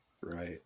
Right